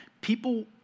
people